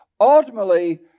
ultimately